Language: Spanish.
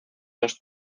dos